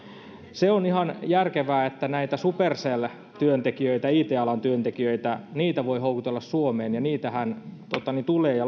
se on ihan järkevää että näitä supercell työntekijöitä it alan työntekijöitä voi houkutella suomeen ja niitähän tulee ja